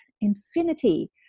infinity